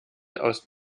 aus